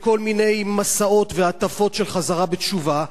בכל מיני מסעות והטפות של חזרה בתשובה,